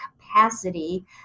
capacity